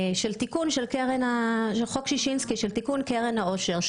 תיקון קרן העושר.